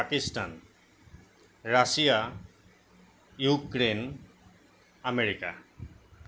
Pakistan Russia Ukraine America